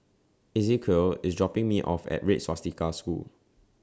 Ezequiel IS dropping Me off At Red Swastika School